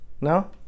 No